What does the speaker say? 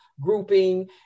grouping